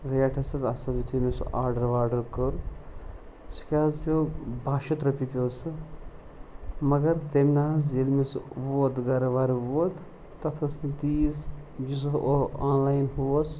ریٹھ ٲس تَتھ اَصٕل یِتھُے مےٚ سُہ آڈَر واڈَر کۆر سُہ کیٛاہ حظ پیوٚو بَہ شَتھ رۄپیہِ پیوٚو سُہ مَگر تٔمۍ نہٕ حظ ییٚلہِ مےٚ سُہ ووت گَرٕ وَرٕ ووت تَتھ ٲس نہٕ تیٖژ یُس بہٕ اورٕ آن لایِن ہُہ اوس